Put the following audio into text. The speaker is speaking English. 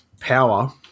power